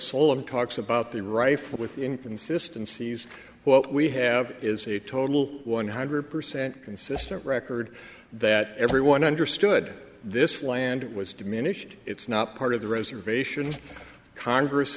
solon talks about the rife with in consistencies what we have is a total one hundred percent consistent record that everyone understood this land was diminished it's not part of the reservation congress